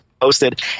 posted